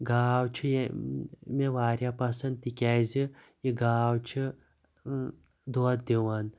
گاو چھِ یہِ مےٚ واریاہ پسنٛد تِکِیٛازِ یہِ گاو چھِ دۄد دِوان